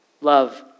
love